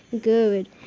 Good